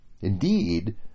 Indeed